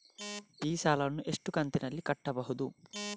ಈ ಸಾಲವನ್ನು ಎಷ್ಟು ಕಂತಿನಲ್ಲಿ ಕಟ್ಟಬಹುದು?